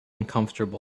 uncomfortable